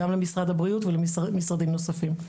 גם למשרד הבריאות ולמשרדים נוספים.